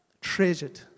treasured